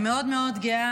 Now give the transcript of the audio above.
אושר,